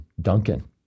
Duncan